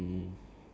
mmhmm